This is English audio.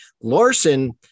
larson